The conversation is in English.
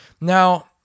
Now